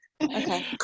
okay